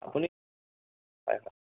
আপুনি হয় হয়